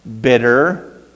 bitter